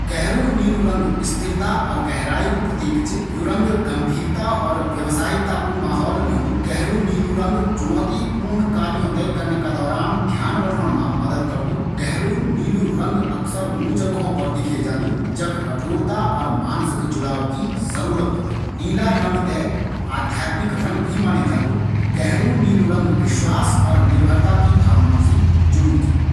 गहरू नीलू रंग स्थिरता और गहराई कू प्रतीक च। यू गंभीरता और व्यवसायिकता कू माहौल बणोंदू। यू चुनौतीपूर्ण कार्य करदी बगत ध्यान बढ़ोण मा मदद करदू। यू अक्सर हूँ जगहों पर पाए जांदू जख कठोरता और मानसिक जुड़ाव की आवश्यकता होंदी। नीला रंग थें आध्यात्मिक रंग भी माणे जांदू। गहरा नीला रंग विश्वास और निर्भरता की भावना से जुड़यूं च।